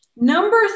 Number